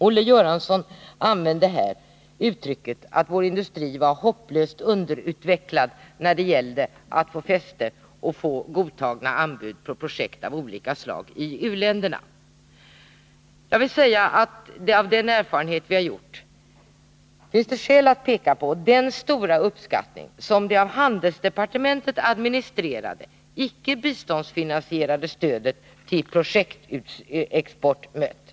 Olle Göra sson använde här uttrycket att vår industri var hopplöst underutvecklad när det gällde att få fäste och att få anbud godtagna beträffande projekt av olika slag i u-länderna. Jag vill framhålla att det utifrån de erfarenheter vi har gjort finns skäl att peka på den stora uppskattning som det av handelsdepartementet administrerade icke-biståndsfinansierade stödet till projektexport har mött.